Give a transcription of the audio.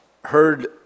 heard